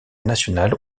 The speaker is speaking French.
nationale